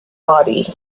body